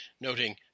noting